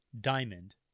Diamond